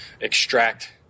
extract